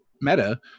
meta